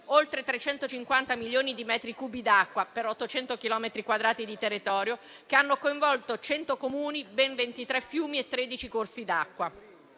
oltre 350 milioni di metri cubi d'acqua per 800 chilometri quadrati di territorio, che hanno coinvolto 100 comuni, ben 23 fiumi e 13 corsi d'acqua.